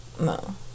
No